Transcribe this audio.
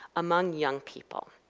among young people.